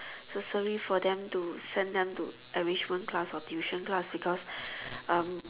necessary for them to send them to enrichment class or tuition class because um